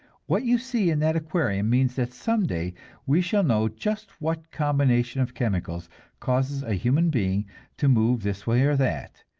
what you see in that aquarium means that some day we shall know just what combination of chemicals causes a human being to move this way or that,